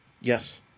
Yes